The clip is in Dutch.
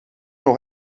nog